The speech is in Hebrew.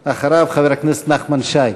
אחריו, חבר הכנסת נחמן שי.